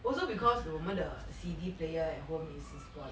also because 我们的 C_D player at home is is spoilt